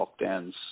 lockdowns